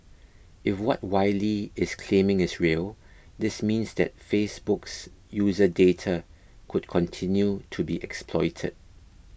if what Wylie is claiming is real this means that Facebook's user data could continue to be exploited